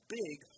big